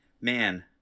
man